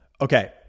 Okay